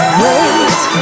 wait